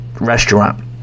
restaurant